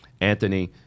Anthony